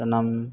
ᱥᱟᱱᱟᱢ